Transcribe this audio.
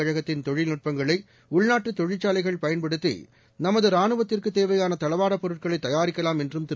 கழகத்தின் ராணுவ தொழில்நுட்பங்களை உள்நாட்டு தொழிற்சாலைகள் பயன்படுத்தி நமது ராணுவத்திற்கு தேவையான தளவாடப் பொருட்களை தயாரிக்கலாம் என்றும் திரு